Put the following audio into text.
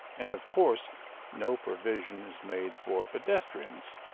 and of course no provision is made for pedestrians.